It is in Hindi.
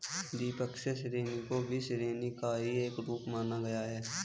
द्विपक्षीय ऋण को भी ऋण का ही एक रूप माना गया है